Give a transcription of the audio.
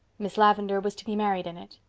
miss lavendar was to be married in it.